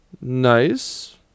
nice